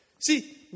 See